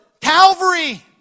Calvary